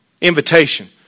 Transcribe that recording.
Invitation